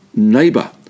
Neighbor